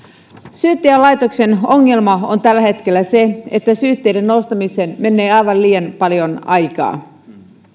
syyttäjälaitoksen ongelma on tällä hetkellä se että syytteiden nostamiseen menee aivan liian paljon aikaa